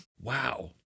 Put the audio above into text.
Wow